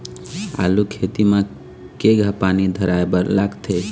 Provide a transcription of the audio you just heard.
आलू खेती म केघा पानी धराए बर लागथे?